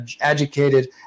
educated